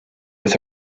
with